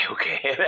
okay